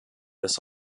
des